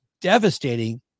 devastating